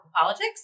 Politics